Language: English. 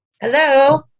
Hello